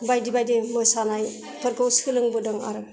बायदि बायदि मोसानाय फोरखौ सोलोंबोदों आरो